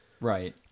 right